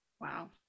Wow